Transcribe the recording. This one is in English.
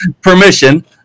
permission